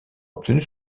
obtenu